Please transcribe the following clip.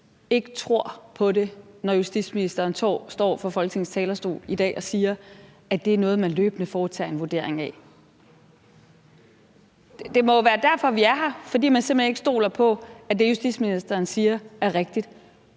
ikke tror på det, når justitsministeren står fra Folketingets talerstol i dag og siger, at det er noget, man løbende foretager en vurdering af? Det må være derfor, vi er her, altså fordi man simpelt hen ikke stoler på, at det, justitsministeren siger, er rigtigt.